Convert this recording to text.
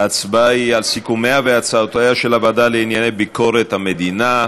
ההצבעה היא על סיכומיה והצעותיה של הוועדה לענייני ביקורת המדינה.